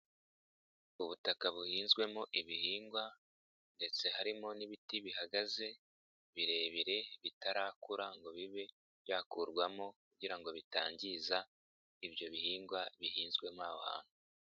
Ubutaka buhinzwemo ibihingwa ,ndetse harimo n'ibiti bihagaze ,birebire bitarakura ngo bibe byakurwamo, kugira ngo bitangiza ibyo bihingwa bihinzwemo aho hantu.